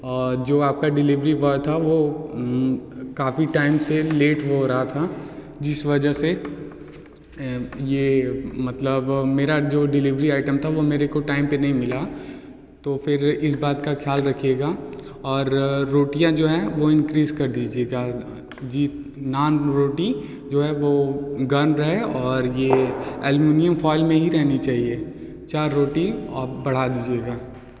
और जो आप का डिलीवरी बॉय था वो काफ़ी टाइम से लेट हो रहा था जिस वजह से ये मतलब मेरा जो डिलीवरी आइटम था वो मेरे को टाइम पर नहीं मिला तो फिर इस बात का ख़याल रखिएगा और रोटियाँ जो हैं वो इंक्रीज़ कर दीजिएगा जी नान रोटी जो है वो गर्म रहे और ये एलमुनियम फोइल में ही रहनी चाहिए चार रोटी और बढ़ा दीजिएगा